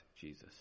Jesus